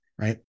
right